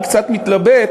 אני קצת מתלבט,